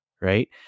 right